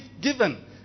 given